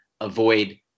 Avoid